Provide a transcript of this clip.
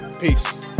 Peace